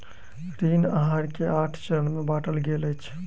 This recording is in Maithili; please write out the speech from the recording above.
ऋण आहार के आठ चरण में बाटल गेल अछि